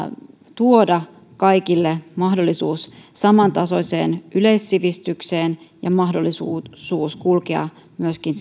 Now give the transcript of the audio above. tuoda kaikille mahdollisuus samantasoiseen yleissivistykseen ja mahdollisuus kulkea myöskin